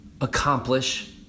accomplish